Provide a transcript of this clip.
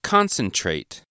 Concentrate